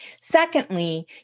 Secondly